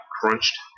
crunched